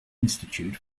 institute